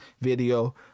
video